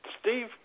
Steve